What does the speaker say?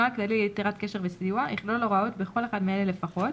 נוהל כללי ליצירת קשר וסיוע יכלול הוראות בכל אחד מאלה לפחות,